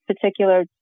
particular